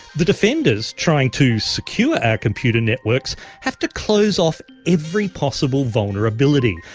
the defenders trying to secure our computer networks have to close off every possible vulnerability.